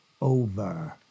Over